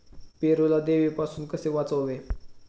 पेरूला देवीपासून कसे वाचवावे?